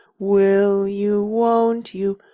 will you, won't you,